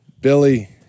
Billy